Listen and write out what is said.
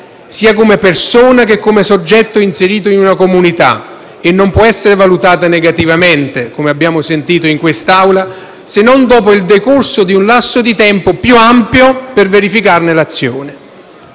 sia come persona sia come soggetto inserito in una comunità, che non può essere valutata negativamente, come abbiamo sentito in quest'Aula, se non dopo il decorso di un lasso di tempio più ampio per verificarne l'azione.